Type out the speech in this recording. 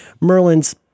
merlin's